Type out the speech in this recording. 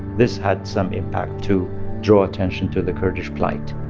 this had some impact to draw attention to the kurdish plight